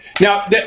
Now